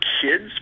kids